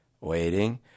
waiting